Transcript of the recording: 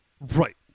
Right